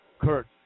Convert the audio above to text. Kurt